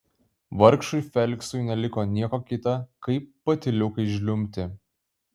vargšui feliksui neliko nieko kita kaip patyliukais žliumbti